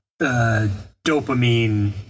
dopamine